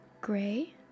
gray